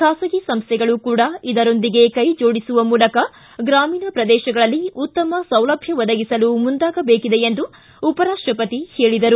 ಖಾಸಗಿ ಸಂಸ್ಥೆಗಳು ಕೂಡ ಇದರೊಂದಿಗೆ ಕೈಜೋಡಿಸುವ ಮೂಲಕ ಗ್ರಾಮೀಣ ಪ್ರದೇಶಗಳಲ್ಲಿ ಉತ್ತಮ ಸೌಲಭ್ಯ ಒದಗಿಸಲು ಮುಂದಾಗಬೇಕಿದೆ ಎಂದು ಹೇಳಿದರು